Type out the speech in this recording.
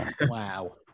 Wow